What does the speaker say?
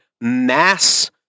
mass